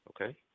Okay